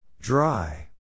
Dry